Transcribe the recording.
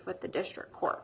with the district court